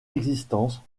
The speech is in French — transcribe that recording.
existence